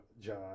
John